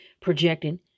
projecting